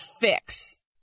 fix